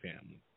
family